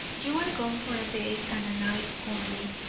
you are gone for a day and a night only,